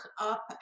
up